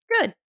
Good